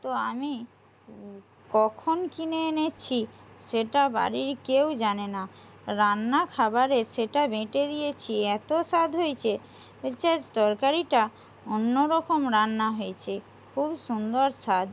তো আমি কখন কিনে এনেছি সেটা বাড়ির কেউ জানে না রান্না খাবারে সেটা বেটে দিয়েছি এতো স্বাদ হয়েছে বলছে আজ তরকারিটা অন্য রকম রান্না হয়েছে খুব সুন্দর স্বাদ